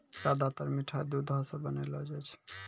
ज्यादातर मिठाय दुधो सॅ बनौलो जाय छै